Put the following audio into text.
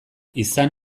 izan